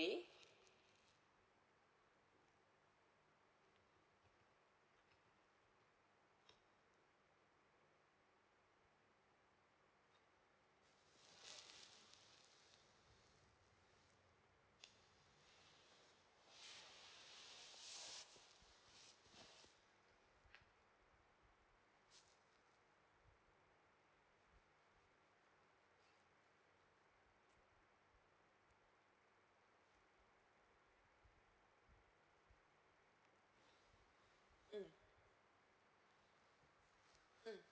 mm mm